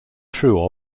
true